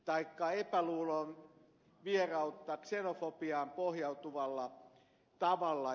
vaikka epäluulon vierautta ksenofobiaan pohjautuvalla tavalla